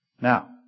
Now